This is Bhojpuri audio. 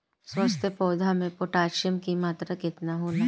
स्वस्थ पौधा मे पोटासियम कि मात्रा कितना होला?